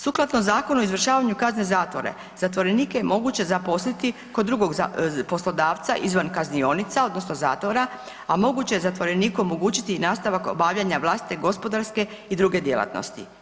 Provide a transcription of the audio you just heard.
Sukladno Zakonu o izvršavanju kazne zatvora zatvorenike je moguće zaposliti kod drugog poslodavca izvan kaznionica, odnosno zatvora a moguće je zatvoreniku omogućiti nastavak obavljanja vlastite gospodarske i druge djelatnosti.